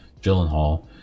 Gyllenhaal